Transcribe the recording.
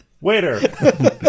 waiter